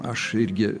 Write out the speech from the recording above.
aš irgi